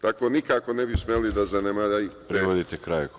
Tako nikako ne bi smeli to da zanemarite.